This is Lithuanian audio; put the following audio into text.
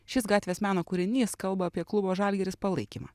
šis gatvės meno kūrinys kalba apie klubo žalgiris palaikymą